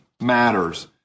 matters